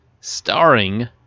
starring